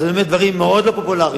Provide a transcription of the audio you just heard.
אז אלה באמת דברים לא פופולריים,